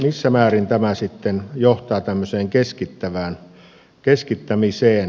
missä määrin tämä sitten johtaa tämmöiseen keskittämiseen